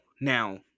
Now